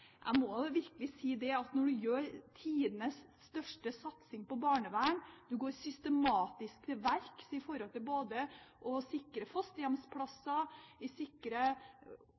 Jeg må virkelig si at når vi gjør tidenes største satsing på barnevern og går systematisk til verks både for å sikre fosterhjemsplasser